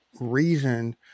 reason